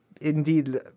indeed